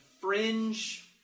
fringe